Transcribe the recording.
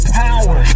power